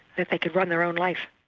that they could run their own life.